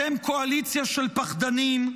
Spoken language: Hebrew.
אתם קואליציה של פחדנים,